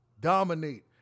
dominate